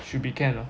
should be can lah